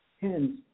Hence